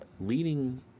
leading